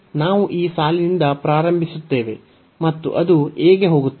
ನಾವು ಈ ಸಾಲಿನಿಂದ ಪ್ರಾರಂಭಿಸುತ್ತೇವೆ ಮತ್ತು ಅದು a ಗೆ ಹೋಗುತ್ತದೆ